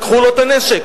לקחו לו את הנשק.